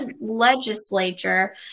legislature